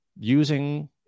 using